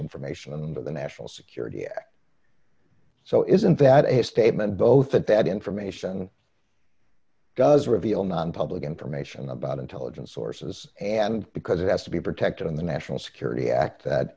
information but the national security so isn't that a statement both that that information does reveal nonpublic information about intelligence sources and because it has to be protected in the national security act that